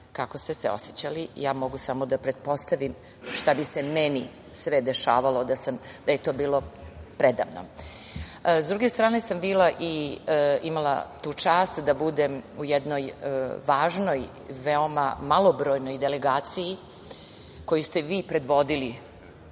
kako ste se osećali. Ja mogu samo da pretpostavim šta bi se meni sve dešavalo da je to bilo preda mnom.S druge strane, imala sam i tu čast da budem u jednoj važnoj veoma malobrojnoj delegaciji koji ste vi predvodili